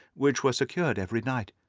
which were secured every night.